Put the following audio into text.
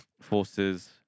forces